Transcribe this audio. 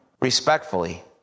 Respectfully